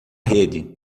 rede